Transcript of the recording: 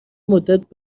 مدت